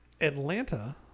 Atlanta